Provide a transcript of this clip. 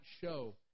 show